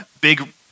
big